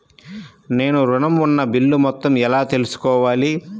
నేను ఋణం ఉన్న బిల్లు మొత్తం ఎలా తెలుసుకోవాలి?